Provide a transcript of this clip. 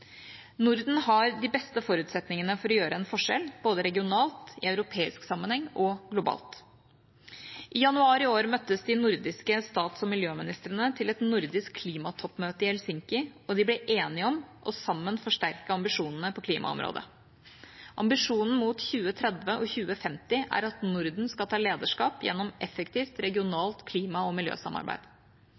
Norden har de beste forutsetningene for å gjøre en forskjell – både regionalt, i europeisk sammenheng og globalt. I januar i år møttes de nordiske stats- og miljøministrene til et nordisk klimatoppmøte i Helsinki, og de ble enige om sammen å forsterke ambisjonene på klimaområdet. Ambisjonen mot 2030 og 2050 er at Norden skal ta lederskap gjennom effektivt regionalt klima- og miljøsamarbeid.